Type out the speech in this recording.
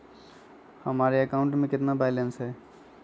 हमारे अकाउंट में कितना बैलेंस है?